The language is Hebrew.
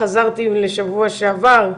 חזרתי לשבוע שעבר,